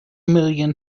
million